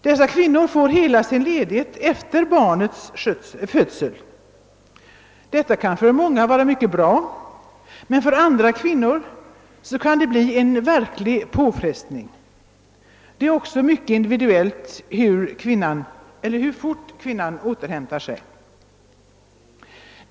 Dessa kvinnor får hela sin ledighet efter barnets födelse. Detta kan vara bra för många, men för andra kvinnor kan det vara en verklig påfrestning. Det är också mycket individuellt hur fort kvinnan återhämtar sig.